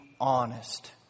honest